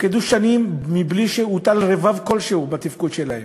תפקדו שנים בלי שהוטל רבב כלשהו בתפקוד שלהם,